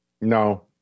no